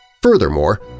Furthermore